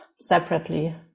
separately